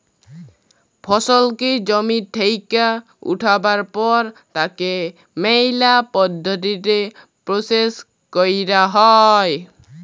ফসলকে জমি থেক্যে উঠাবার পর তাকে ম্যালা পদ্ধতিতে প্রসেস ক্যরা হ্যয়